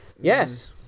Yes